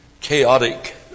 chaotic